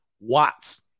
Watts